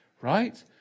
Right